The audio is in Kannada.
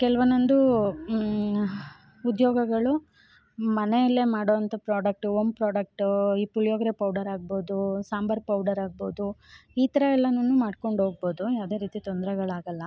ಕೆಲವು ಒಂದೊಂದು ಉದ್ಯೋಗಗಳು ಮನೆಯಲ್ಲೇ ಮಾಡುವಂಥ ಪ್ರೊಡಕ್ಟು ಒಮ್ ಪ್ರೊಡಕ್ಟು ಈ ಪುಳಿಯೊಗರೆ ಪೌಡರ್ ಆಗಬೋದು ಸಾಂಬಾರ್ ಪೌಡರ್ ಆಗಬೋದು ಈ ಥರ ಎಲ್ಲವೂ ಮಾಡ್ಕೊಂಡು ಹೋಗ್ಬೋದು ಯಾವುದೇ ರೀತಿ ತೊಂದ್ರೆಗಳು ಆಗೋಲ್ಲಾ